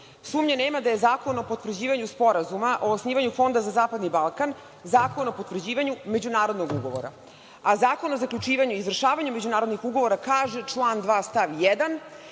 Sumnje nema da je zakon o potvrđivanju Sporazuma o osnivanju Fonda za zapadni Balkan – zakon o potvrđivanju međunarodnog ugovora. Zakon o zaključivanju i izvršavanju međunarodnih ugovora kaže, član 2. stav 1.